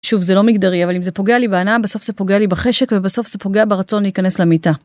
שוב, זה לא מגדרי, אבל אם זה פוגע לי בהנאה, בסוף זה פוגע לי בחשק ובסוף זה פוגע ברצון להיכנס למיטה.